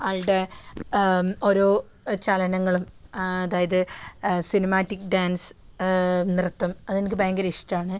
ആൾടെ ഓരോ ചലനങ്ങളും അതായത് സിനിമാറ്റിക് ഡാൻസ് നൃത്തം അതെനിക്ക് ഭയങ്കരിഷ്ടമാണ്